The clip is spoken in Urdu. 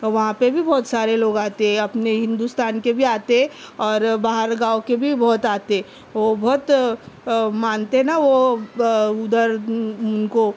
وہاں پہ بھی بہت سارے لوگ آتے اپنے ہندوستان کے بھی آتے اور باہر گاؤں کے بھی بہت آتے وہ بہت مانتے نا وہ اُدھر اُن کو